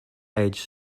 age